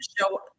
show